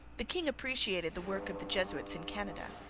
the king appreciated the work of the jesuits in canada,